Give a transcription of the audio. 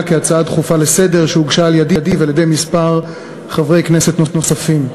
בהצעה דחופה לסדר-היום שהוגשה על-ידי ועל-ידי כמה חברי כנסת נוספים.